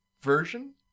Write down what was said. version